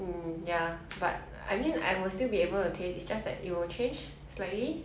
ya anyways